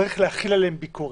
צריך להחיל עליהם ביקורת.